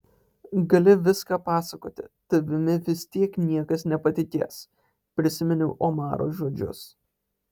gali viską pasakoti tavimi vis tiek niekas nepatikės prisiminiau omaro žodžius